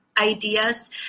ideas